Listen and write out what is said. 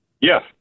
Yes